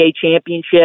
Championship